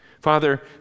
Father